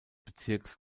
bezirks